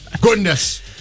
goodness